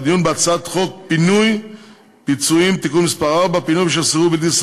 לדיון בהצעת חוק פינוי ובינוי (פיצויים) (תיקון מס' 4) (פינוי